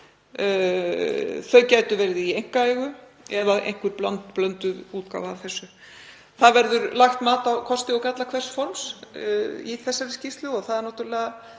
Þau gætu verið í einkaeigu eða í einhverri blandaðri útgáfu af þessu. Það verður lagt mat á kosti og galla hvers forms í þessari skýrslu og það náttúrlega